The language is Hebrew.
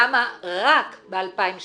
למה רק ב-2016